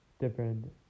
different